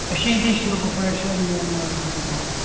أسۍ چھِ ییٚتی شُرگُفارِ چھُ اَسہِ مین مارکیٹ دُکان